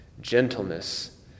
gentleness